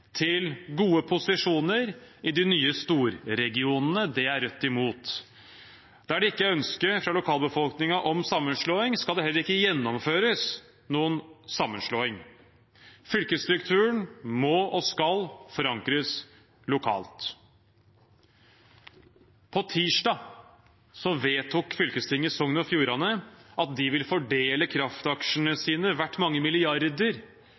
til gode posisjoner i de nye stor-regionene. Det er Rødt imot. Der det ikke er et ønske fra lokalbefolkningen om sammenslåing, skal det heller ikke gjennomføres noen sammenslåing. Fylkesstrukturen må og skal forankres lokalt. Tirsdag vedtok fylkestinget i Sogn og Fjordane at de vil fordele kraftaksjene sine, verdt mange milliarder,